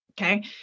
Okay